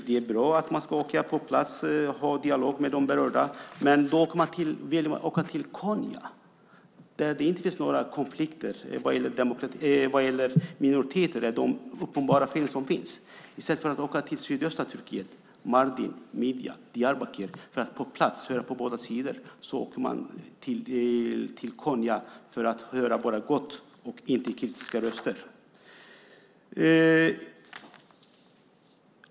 Det är bra att på plats ha en dialog med de berörda. Men då åker man till Konya där det inte finns några konflikter vad gäller minoriteter och de uppenbara fel som finns. I stället för att åka till sydöstra Turkiet - Mardin-Midyat och Diyarbakir - för att på plats höra på båda sidor åker man till Konya för att bara höra om det som är gott och inga kritiska röster.